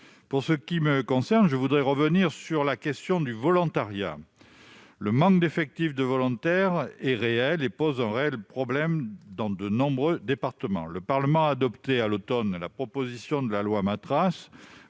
Pour ma part, je voudrais revenir sur la question du volontariat. Le manque d'effectifs de sapeurs-pompiers volontaires est réel et pose un véritable problème dans de nombreux départements. Le Parlement a adopté à l'automne la proposition de loi, dite Matras,